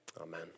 Amen